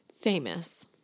Famous